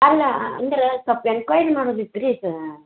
ಅಲ್ಲ ಅಂದ್ರೆ ಸ್ವಲ್ಪ ಎನ್ಕ್ವೈರಿ ಮಾಡೋದಿತ್ತು ರೀ ಸರ್